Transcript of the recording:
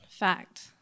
Fact